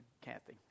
Kathy